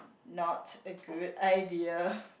not a good idea